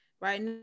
right